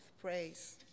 praise